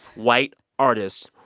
white artists,